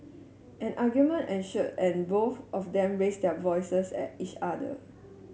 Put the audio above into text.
an argument ensued and both of them raised their voices at each other